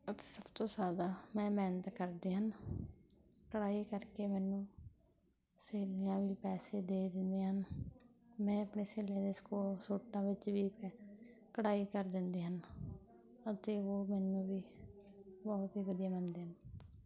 ਅਤੇ ਸਭ ਤੋਂ ਜ਼ਿਆਦਾ ਮੈਂ ਮਿਹਨਤ ਕਰਦੀ ਹਨ ਕਢਾਈ ਕਰਕੇ ਮੈਨੂੰ ਸਹੇਲੀਆਂ ਵੀ ਪੈਸੇ ਦੇ ਦਿੰਦੀਆਂ ਹਨ ਮੈਂ ਆਪਣੀਆਂ ਸਹੇਲੀਆਂ ਦੇ ਸਕੋ ਸੂਟਾਂ ਵਿੱਚ ਵੀ ਕਢਾਈ ਕਰ ਦਿੰਦੀ ਹਨ ਅਤੇ ਉਹ ਮੈਨੂੰ ਵੀ ਬਹੁਤ ਹੀ ਵਧੀਆ ਮੰਨਦੇ ਹਨ